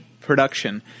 production